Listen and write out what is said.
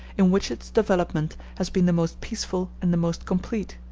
in which its development has been the most peaceful and the most complete,